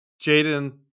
Jaden